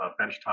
benchtop